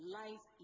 life